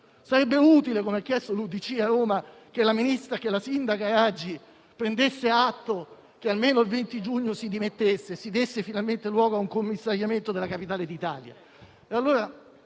Sarebbe utile, come ha chiesto l'UDC a Roma, che la sindaca Raggi ne prendesse atto e che almeno il 20 Giugno si dimettesse, dando finalmente luogo a un commissariamento della capitale d'Italia.